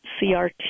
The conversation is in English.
CRT